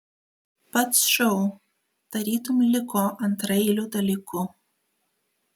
pats šou tarytum liko antraeiliu dalyku